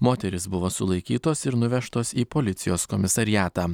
moterys buvo sulaikytos ir nuvežtos į policijos komisariatą